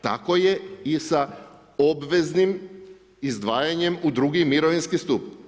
Tako je i sa obveznim izdvajanjem u drugi mirovinski stup.